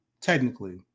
technically